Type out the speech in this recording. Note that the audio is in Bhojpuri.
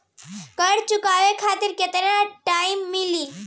कर्जा चुकावे खातिर केतना टाइम मिली?